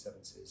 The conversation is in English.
1970s